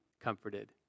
comforted